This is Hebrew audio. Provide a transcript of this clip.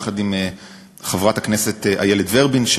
יחד עם חברת הכנסת איילת ורבין,